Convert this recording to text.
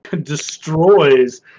destroys